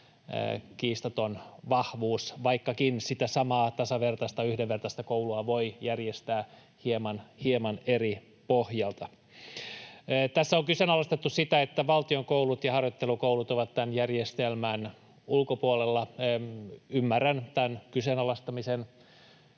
kiistaton vahvuus, vaikkakin sitä samaa tasavertaista, yhdenvertaista koulua voi järjestää hieman eri pohjalta. Tässä on kyseenalaistettu sitä, että valtion koulut ja harjoittelukoulut ovat tämän järjestelmän ulkopuolella. Ymmärrän tämän kyseenalaistamisen.